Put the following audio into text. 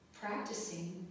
Practicing